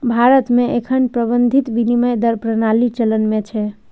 भारत मे एखन प्रबंधित विनिमय दर प्रणाली चलन मे छै